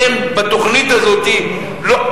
אתם בתוכנית הזאת, לא.